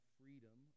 freedom